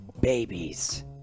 babies